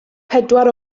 pedwar